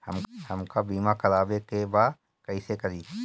हमका बीमा करावे के बा कईसे करी?